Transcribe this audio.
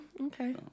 okay